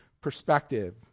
perspective